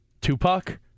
Tupac